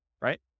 right